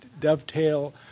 dovetail